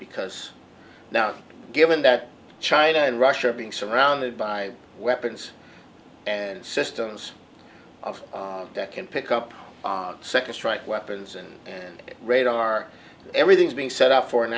because now given that china and russia are being surrounded by weapons and systems of that can pick up second strike weapons and radar everything is being set up for an